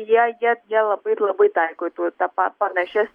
jie jie jie labai labai taiko tuo tą panašias